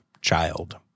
Child